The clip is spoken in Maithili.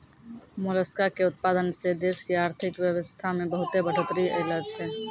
मोलसका के उतपादन सें देश के आरथिक बेवसथा में बहुत्ते बढ़ोतरी ऐलोॅ छै